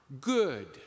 good